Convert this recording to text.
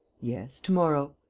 yes, to-morrow.